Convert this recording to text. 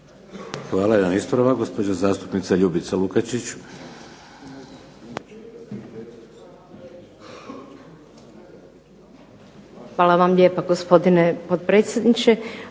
Hvala vam lijepa gospodine potpredsjedniče.